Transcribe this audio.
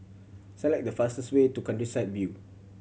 select the fastest way to Countryside View